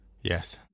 Yes